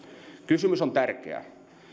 kysymys on tärkeä